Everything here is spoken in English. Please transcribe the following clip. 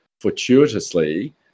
fortuitously